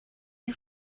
you